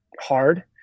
hard